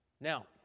Now